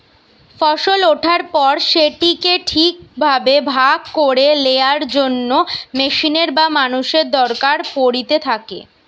ফসল ওঠার পর সেটিকে ঠিক ভাবে ভাগ করে লেয়ার জন্য মেশিনের বা মানুষের দরকার পড়িতে থাকে